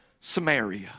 Samaria